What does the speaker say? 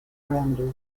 parameters